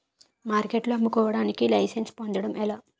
మార్కెట్లో అమ్ముకోడానికి లైసెన్స్ పొందడం ఎలా?